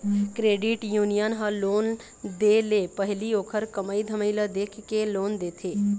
credit union ह loan दे ले पहिली ओखर कमई धमई ल देखके लोन देथे